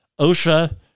OSHA